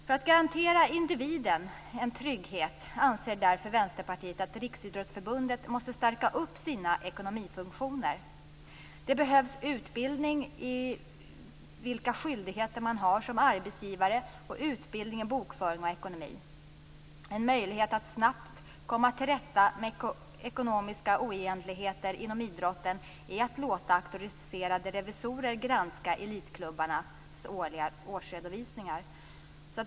För att garantera individen en trygghet anser därför Vänsterpartiet att Riksidrottsförbundet måste stärka sina ekonomifunktioner. Det behövs utbildning i vilka skyldigheter man har som arbetsgivare och utbildning i bokföring och ekonomi. En möjlighet att snabbt komma till rätta med ekonomiska oegentligheter inom idrotten är att låta auktoriserade revisorer granska elitklubbarnas årliga årsredovisningar.